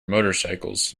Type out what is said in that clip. motorcycles